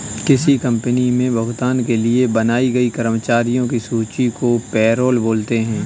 किसी कंपनी मे भुगतान के लिए बनाई गई कर्मचारियों की सूची को पैरोल बोलते हैं